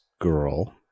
girl